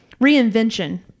reinvention